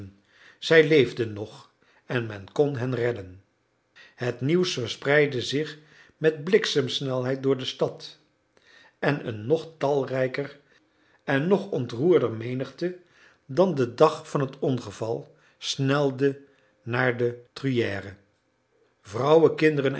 zij leefden nog en men kon hen redden het nieuws verspreidde zich met bliksemsnelheid door de stad en een nog talrijker en nog ontroerder menigte dan den dag van het ongeval snelde naar de truyère vrouwen kinderen